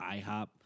iHop